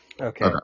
Okay